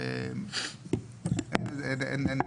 אין,